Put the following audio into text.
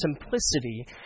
simplicity